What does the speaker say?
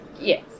Yes